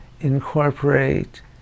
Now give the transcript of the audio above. incorporate